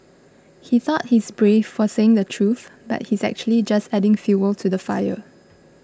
he thought he's brave for saying the truth but he's actually just adding fuel to the fire